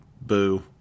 boo